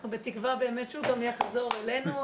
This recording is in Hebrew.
אנחנו בתקווה באמת שהוא גם יחזור אלינו,